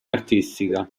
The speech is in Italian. artistica